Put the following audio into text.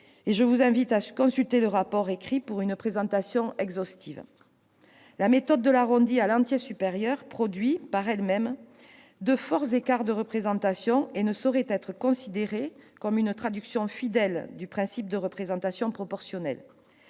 Je vous invite à consulter le rapport écrit pour une présentation exhaustive. La méthode de l'arrondi à l'entier supérieur produit, par elle-même, de forts écarts de représentation et ne saurait être considérée comme permettant une traduction fidèle du principe de représentation proportionnelle.